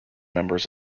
members